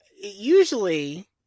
usually